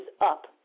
up